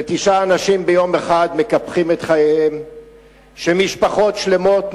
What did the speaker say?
שתשעה אנשים מקפחים את חייהם ביום אחד,